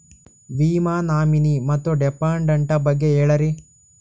ವಿಮಾ ನಾಮಿನಿ ಮತ್ತು ಡಿಪೆಂಡಂಟ ಬಗ್ಗೆ ಹೇಳರಿ?